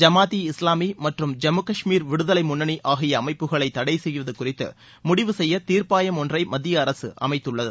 ஜமாத் இ இஸ்லாமி மற்றும் ஜம்மு கஷ்மீர் விடுதலை முன்னணி ஆகிய அமைப்புகளை தடை செய்வது குறித்து முடிவு செய்ய தீர்ப்பாயம் ஒன்றை மத்திய அரசு அமைத்துள்ளது